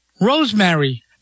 rosemary